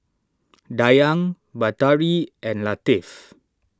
Dayang Batari and Latif